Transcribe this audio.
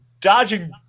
dodging